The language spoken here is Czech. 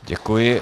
Děkuji.